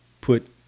put –